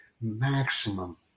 maximum